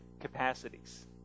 capacities